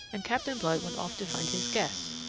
and captain blood went off to find his guests,